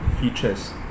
features